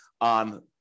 on